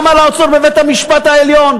למה לעצור בבית-המשפט העליון?